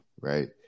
right